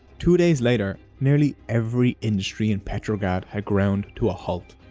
two days later nearly every industry in petrograd had ground to a halt.